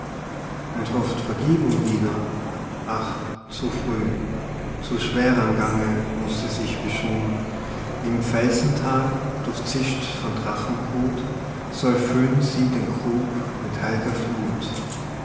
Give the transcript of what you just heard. und hofft vergebung wieder ach zu früh zu schwerer'm gange muß sie sich beschuhen im felsenthal durchzischt von drachenbrut soll füllen sie den krug mit heil'ger fluth